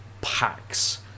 packs